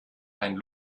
einen